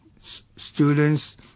students